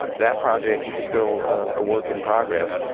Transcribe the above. um that project is still a work in progress.